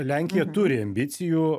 lenkija turi ambicijų